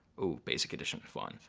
ooh, basic edition, fun.